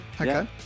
Okay